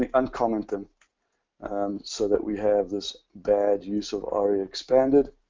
ah uncomment them and so that we have this bad use of aria expanded.